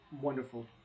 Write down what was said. wonderful